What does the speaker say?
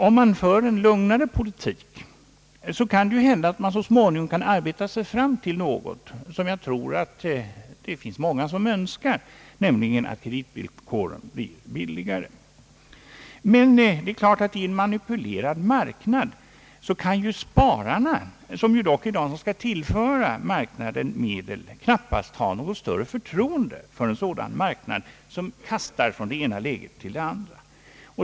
Om man för en lugnare politik, kan det hända att man så småningom kan arbeta sig fram till billigare kreditvillkor, något som jag tror att många önskar. I en manipulerad marknad kan spararna, som dock skall tillföra marknaden medel, knappast ha något större förtroende för en marknad, som kastar från det ena läget till det andra.